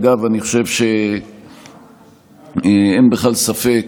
אגב, אני חושב שאין בכלל ספק